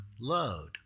load